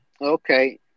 Okay